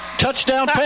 Touchdown